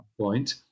point